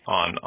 on